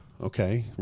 Okay